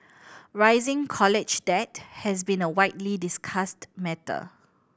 rising college debt has been a widely discussed matter